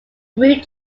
route